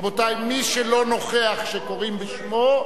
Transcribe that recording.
רבותי, מי שלא נוכח כשקוראים בשמו,